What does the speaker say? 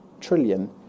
trillion